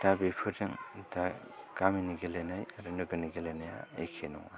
दा बेफोरजों दा गामिनि गेलेनाय आरो नोगोरनि गेलेनाया एके नङा